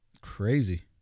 Crazy